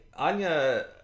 Anya